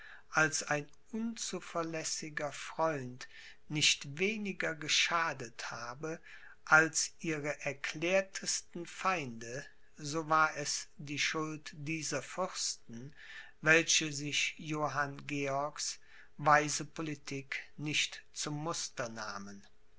als ein unzuverlässig er freund nicht viel weniger geschadet habe als ihre erklärtesten feinde so war es die schuld dieser fürsten welche sich johann georgs weise politik nicht zum